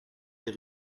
des